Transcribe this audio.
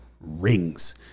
rings